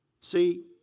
See